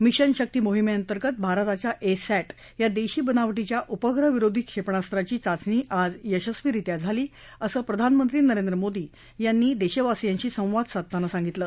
mission Shakti मोहिमेअंतर्गत भारताच्या A sat या देशी बनावटीच्या उपग्रह विरोधी क्षेपणास्त्राची चाचणी आज यशस्वीरित्या झाली असं प्रधानमंत्री नरेंद्र मोदी यांनी आज देशवासियांशी संवाद साधताना सांगितलं